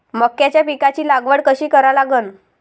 मक्याच्या पिकाची लागवड कशी करा लागन?